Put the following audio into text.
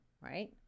right